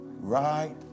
right